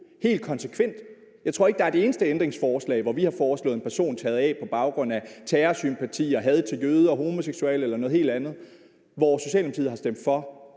helt konsekvent. Jeg tror ikke, at der er et eneste ændringsforslag, hvor vi har foreslået, at en person blev taget af på grund af terrorsympatier, had til jøder og homoseksuelle eller noget helt andet, som Socialdemokratiet har stemt for,